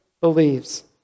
believes